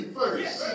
first